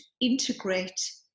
integrate